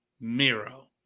Miro